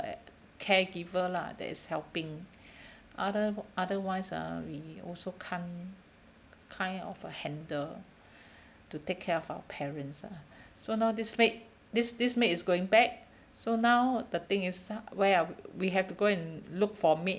uh caregiver lah that is helping other otherwise ah we also can't kind of uh handle to take care of our parents ah so now this maid this this maid is going back so now the thing is where are we have to go and look for maid